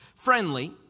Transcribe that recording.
friendly